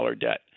debt